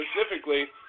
specifically